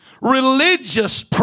religious